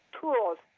tools